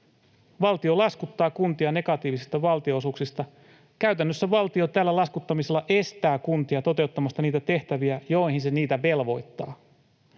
Valtio laskuttaa kuntia negatiivisista valtionosuuksista. Käytännössä valtio tällä laskuttamisella estää kuntia toteuttamasta niitä tehtäviä, joihin se niitä velvoittaa.